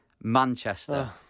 manchester